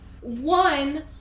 One